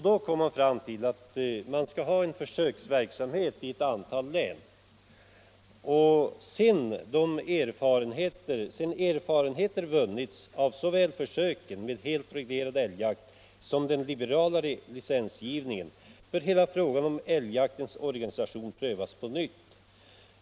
Då kom man fram till att det skulle bedrivas försöksverksamhet i ett antal län, och föredragande statsrådet sade: ”Sedan erfarenheter vunnits av såväl försöken med helt reglerad älgjakt som den liberalare licensgivningen bör hela frågan om älgjaktens organisation prövas på nytt.